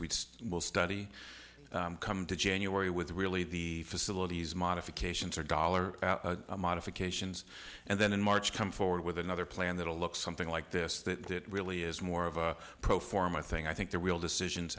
we will study come to january with really the facilities modifications or dollar modifications and then in march come forward with another plan that will look something like this that really is more of a pro forma thing i think the real decisions